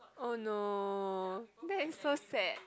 oh no that's first eh